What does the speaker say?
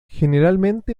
generalmente